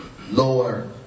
lower